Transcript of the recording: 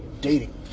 dating